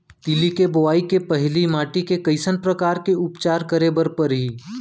तिलि के बोआई के पहिली माटी के कइसन प्रकार के उपचार करे बर परही?